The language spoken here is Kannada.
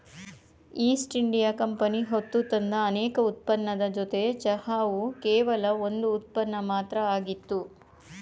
ಈಸ್ಟ್ ಇಂಡಿಯಾ ಕಂಪನಿ ಹೊತ್ತುತಂದ ಅನೇಕ ಉತ್ಪನ್ನದ್ ಜೊತೆ ಚಹಾವು ಕೇವಲ ಒಂದ್ ಉತ್ಪನ್ನ ಮಾತ್ರ ಆಗಿತ್ತು